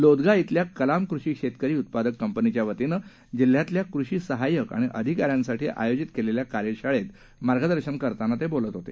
लोदगा शिल्या कलाम कृषी शेतकरी उत्पादक कंपनीच्यावतीनं जिल्ह्यातल्या कृषी सहाय्यक आणि अधिकाऱ्यांसाठी आयोजित कार्यशाळेत मार्गदर्शन करताना ते बोलत होते